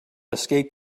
escape